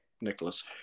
Nicholas